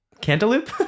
Cantaloupe